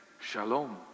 Shalom